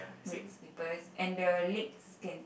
red slippers and the legs can